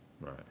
Right